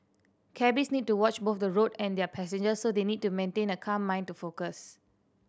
cabbies need to watch both the road and their passengers so they need to maintain a calm mind to focus